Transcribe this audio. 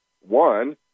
one